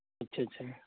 ᱟᱪᱪᱷ ᱟᱪᱪᱷᱟ